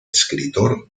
escritor